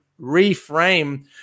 reframe